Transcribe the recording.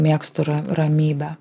mėgstu ra ramybę